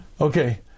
Okay